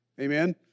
amen